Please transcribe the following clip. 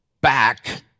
back